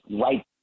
right